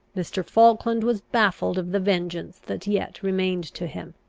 mr. falkland was baffled of the vengeance that yet remained to him.